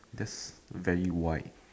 that's that you why